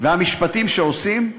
והמשפטים שעושים,